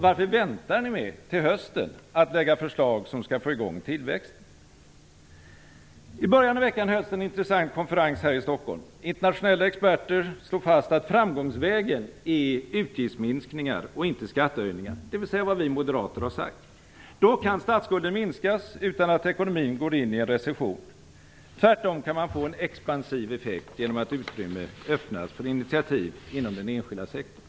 Varför väntar ni till hösten med att lägga fram förslag som skall få i gång tillväxten? I början i veckan hölls en intressant konferens här i Stockholm. Internationella experter slog fast att framgångsvägen är utgiftsminskningar och inte skattehöjningar, dvs. det vi moderater har sagt. Då kan statsskulden minskas utan att ekonomin går in i en recession. Man kan tvärtom få en expansiv effekt genom att utrymme öppnas för initiativ inom den enskilda sektorn.